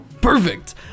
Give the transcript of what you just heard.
Perfect